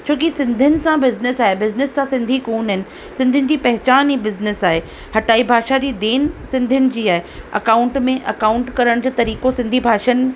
छोकी सिंधियुनि सां बिज़निस आहे बिज़निस सां सिंधी कोन आहिनि सिंधियुनि जी पहिचान ई बिज़निस आहे हटाई भाषा जी देन सिंधियुनि जी आहे अकाउंट में अकाउंट करण जो तरीक़ो सिंधी भाषनि